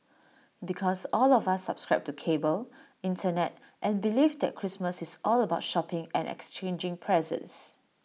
because all of us subscribe to cable Internet and belief that Christmas is all about shopping and exchanging presents